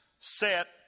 set